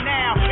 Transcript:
now